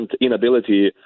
inability